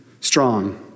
strong